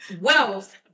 wealth